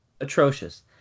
atrocious